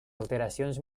alteracions